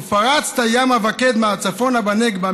"ופרצת ימה וקדמה וצפֹנה ונגבה",